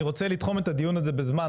אני רוצה לתחום את הדיון הזה בזמן,